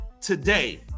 today